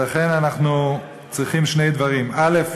ולכן אנחנו צריכים שני דברים: א.